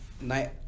night